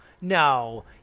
No